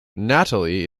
natalie